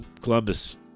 columbus